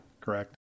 correct